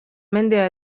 mendea